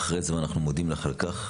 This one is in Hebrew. מאחורי זה ואנחנו מודים לך על כך,